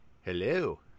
Hello